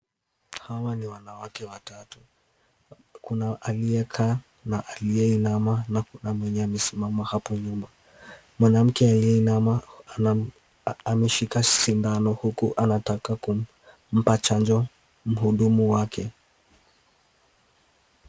Hawa ni wanawake watatu, kuna aliyekaa na aliyeinama na kuna mwenye amesimama hapo nyuma. Mwanamke aliyeinama ameshika sindano huku anataka kumpa chanjo mhudumu wake.